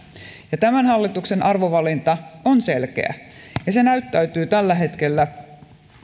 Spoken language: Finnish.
ja tämän hallituksen arvovalinta on selkeä se näyttäytyy tällä hetkellä